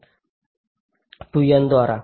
2 N द्वारा